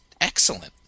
excellent